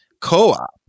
co-op